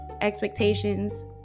expectations